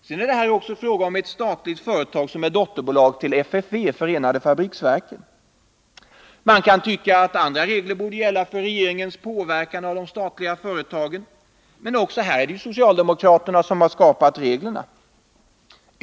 Sedan är det här också fråga om ett statligt företag som är dotterbolag till förenade fabriksverken, FFV. Man kan tycka att andra regler borde gälla för regeringens påverkan av de statliga företagen, men också här är det socialdemokraterna som har skapat reglerna.